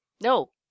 No